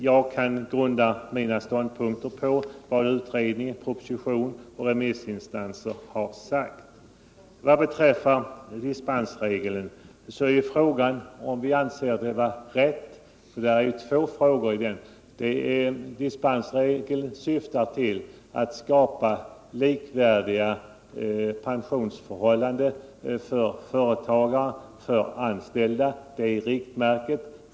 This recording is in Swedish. Men jag grundar mina ståndpunkter på vad utredningen, propositionen och remissinstanserna anfört. Vad beträffar dispensregeln och huruvida vi anser den vara den rätta vill jag betona att det där finns två delfrågor. Dispensregeln syftar till att skapa likvärdiga pensionsförhållanden för företagare och anställda. Det är riktmärket.